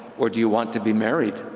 or do you want to be married